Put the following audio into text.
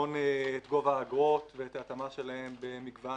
לבחון את גובה האגרות ואת ההתאמה שלהן במגוון